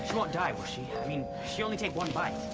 won't die, will she? i mean, she only took one bite.